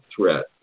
threat